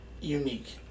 unique